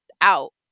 out